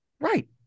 Right